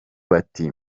bati